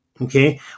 okay